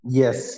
yes